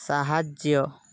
ସାହାଯ୍ୟ